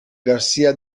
garcía